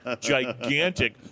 gigantic